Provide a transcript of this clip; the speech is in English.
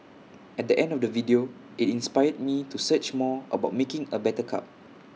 at the end of the video IT inspired me to search more about making A better cup